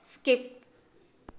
skip